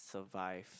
survive